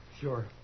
Sure